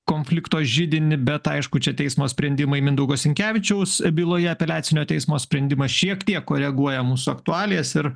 konflikto židinį bet aišku čia teismo sprendimai mindaugo sinkevičiaus byloje apeliacinio teismo sprendimas šiek tiek koreguoja mūsų aktualijas ir